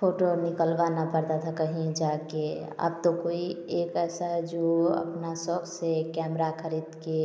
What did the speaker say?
photo निकलवाना पड़ता था कहीं जाके अब तो कोई एक ऐसा जो अपना शौक से कैमरा खरीद के